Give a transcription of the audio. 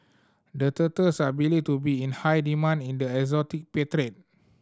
the turtles are believed to be in high demand in the exotic pet trade